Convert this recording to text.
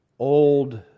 old